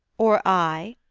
or i?